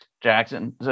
Jackson